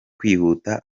kwihuta